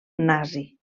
nazi